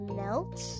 melt